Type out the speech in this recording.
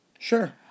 sure